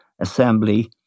assembly